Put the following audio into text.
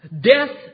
Death